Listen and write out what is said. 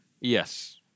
Yes